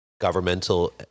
governmental